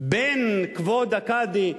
בין כבוד הקאדי,